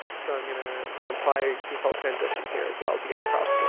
so i'm gonna then apply default transition here as well to get across.